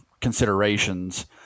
considerations